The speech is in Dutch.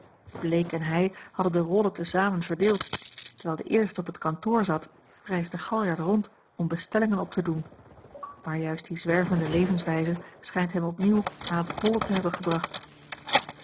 bleek en hij hadden de rollen te zamen verdeeld terwijl de eerste op t kantoor zat reisde galjart rond om bestellingen op te doen maar juist die zwervende levenswijze schijnt hem opnieuw aan t hollen te hebben gebracht